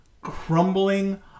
crumbling